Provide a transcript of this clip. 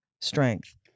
strength